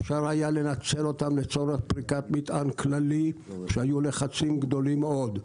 אפשר היה לנצל אותם לצורך פריקת מטען כללי כשהיו לחצים גדולים מאוד.